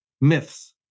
myths